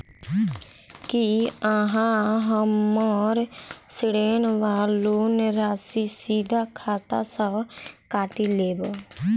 की अहाँ हम्मर ऋण वा लोन राशि सीधा खाता सँ काटि लेबऽ?